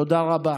תודה רבה.